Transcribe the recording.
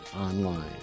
online